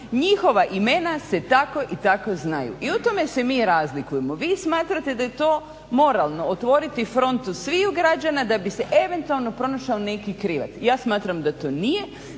njihova imena se tako i tako znaju. I u tome se mi razlikujemo. Vi smatrate da je to moralno otvoriti frontu sviju građana da bi se eventualno pronašao neki krivac. Ja smatram da to nije